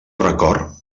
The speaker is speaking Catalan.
record